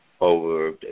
over